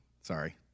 Sorry